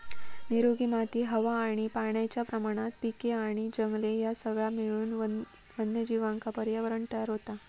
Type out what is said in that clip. निरोगी माती हवा आणि पाण्याच्या प्रमाणात पिके आणि जंगले ह्या सगळा मिळून वन्यजीवांका पर्यावरणं तयार होता